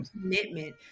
commitment